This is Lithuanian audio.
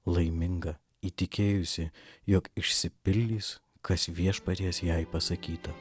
laiminga įtikėjusi jog išsipildys kas viešpaties jai pasakyta